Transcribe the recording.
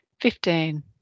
fifteen